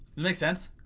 it make sense?